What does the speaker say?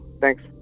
Thanks